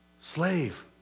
Slave